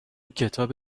کتاب